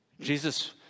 Jesus